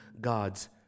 god's